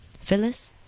Phyllis